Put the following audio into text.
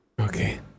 Okay